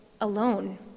alone